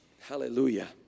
Hallelujah